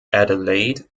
adelaide